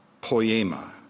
poema